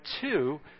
two